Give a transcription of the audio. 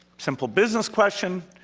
simple business question.